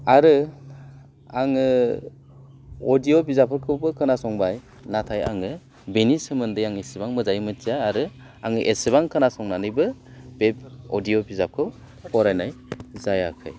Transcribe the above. आरो आङो अडिय' बिजाबफोरखौबो खोनासंबाय नाथाय आङो बेनि सोमोन्दोयै इसिबां मोजाङै मिन्थिया आरो आङो एसेबां खोनासंनानैबो बे अडिय' बिजाबखौ फरायनाय जायाखै